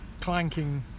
clanking